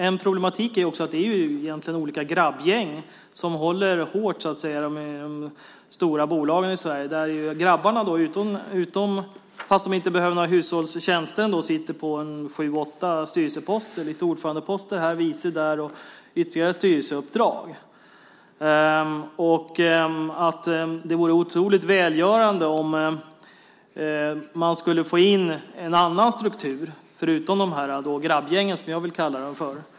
En problematik är också att det egentligen är olika grabbgäng som håller hårt om de stora bolagen i Sverige. Fastän de inte behöver några hushållstjänster sitter grabbarna på sju åtta styrelseposter. Det är lite ordförandeposter här, vice ordförandeposter där och ytterligare styrelseuppdrag. Det vore otroligt välgörande om man skulle få in en annan struktur förutom grabbgängen, som jag vill kalla dem för.